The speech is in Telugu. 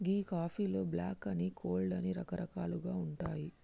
గీ కాఫీలో బ్లాక్ అని, కోల్డ్ అని రకరకాలుగా ఉంటాయి